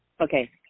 Okay